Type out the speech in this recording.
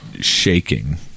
shaking